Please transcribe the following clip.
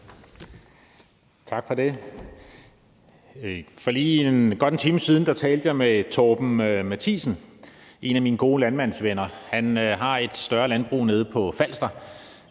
Tak for det. For godt en time siden talte jeg med Torben Matthiesen, en af mine gode landmandsvenner. Han har et større landbrug nede på Falster,